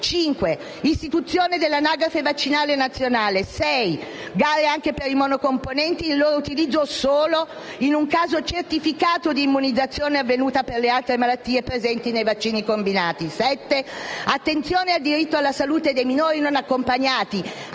istituzione dell'Anagrafe vaccinale nazionale. Sei: gare anche per i monocomponenti e loro utilizzo solo nei casi certificati di immunizzazione avvenuta per le altre malattie presenti nei vaccini combinati. Sette: attenzione al diritto alla salute dei minori non accompagnati.